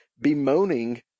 bemoaning